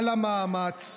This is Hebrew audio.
על המאמץ.